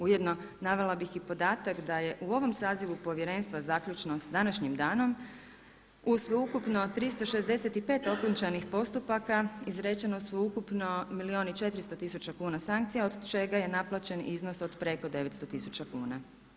Ujedno navela bih i podatak da je u ovom sazivu Povjerenstva zaključno sa današnjim danom u sveukupno 365 okončanih postupaka izrečeno sveukupno milijun i 400 tisuća kuna sankcija od čega je naplaćen iznos od preko 900 tisuća kuna.